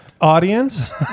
audience